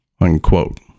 unquote